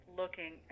looking